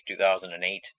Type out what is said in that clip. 2008